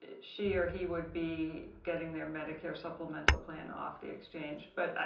ah she or he would be getting their medicare supplemental plan off the exchange. but,